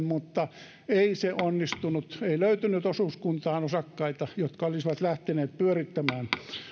mutta ei se onnistunut ei löytynyt osuuskuntaan osakkaita jotka olisivat lähteneet pyörittämään